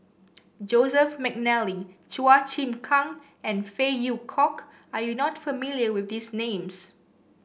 Joseph McNally Chua Chim Kang and Phey Yew Kok are you not familiar with these names